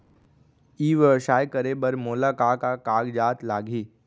ई व्यवसाय करे बर मोला का का कागजात लागही?